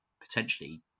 potentially